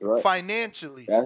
financially